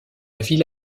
ville